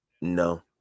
No